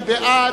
מי בעד?